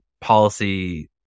policy